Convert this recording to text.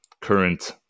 current